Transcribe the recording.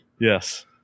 Yes